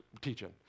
teaching